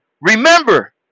Remember